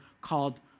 called